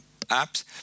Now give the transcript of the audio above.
apps